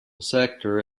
sector